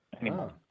anymore